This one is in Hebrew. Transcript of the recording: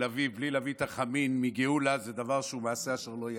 בלי להביא את החמין מגאולה זה דבר שהוא מעשה אשר לא ייעשה.